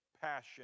passion